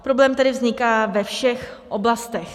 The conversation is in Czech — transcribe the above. Problém tedy vzniká ve všech oblastech.